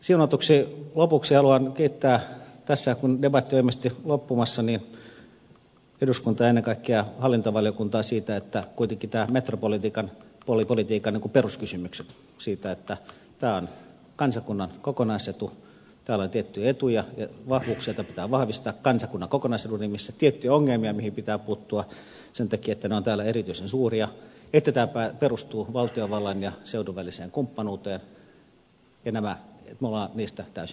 siunatuksi lopuksi haluan kiittää tässä kun debatti on ilmeisesti loppumassa eduskuntaa ja ennen kaikkea hallintovaliokuntaa siitä että kuitenkin näistä metropolipolitiikan peruskysymyksistä siitä että tämä on kansakunnan kokonaisetu täällä on tiettyjä etuja ja vahvuuksia joita pitää vahvistaa kansakunnan kokonaisedun nimissä tiettyjä ongelmia joihin pitää puuttua sen takia että ne ovat täällä erityisen suuria että tämä perustuu valtiovallan ja seudun väliseen kumppanuuteen me olemme täysin yksimielisiä